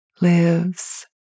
lives